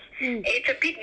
mm